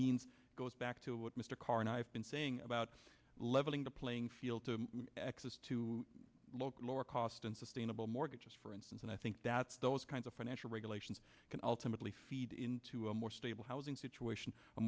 means goes back to what mr carr and i have been saying about leveling the playing field to excess to look at lower cost and sustainable mortgages for instance and i think that's those kinds of financial regulations can ultimately feed into a more stable housing situation